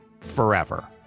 forever